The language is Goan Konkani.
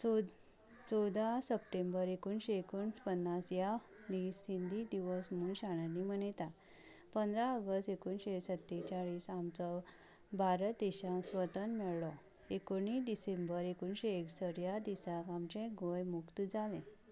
चोद चवदा सप्टेंबर एकोणशे एकोणपन्नास ह्या दीस हिंदी दिवस म्हूण शाळांनी मनयता पंदरा अगस्ट एकोणशें सत्तेचाळीस आमचो भारत देशा स्वतन मेळो एकोणीस डिसेंबर एकोणशें एकसठ ह्या दिसाक आमचें गोंय मुक्त जालें